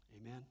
Amen